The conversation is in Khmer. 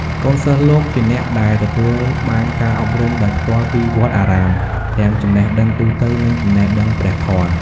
កូនសិស្សលោកជាអ្នកដែលទទួលបានការអប់រំដោយផ្ទាល់ពីវត្តអារាម ទាំងចំណេះដឹងទូទៅ និងចំណេះដឹងព្រះធម៌។